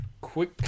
quick